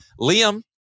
Liam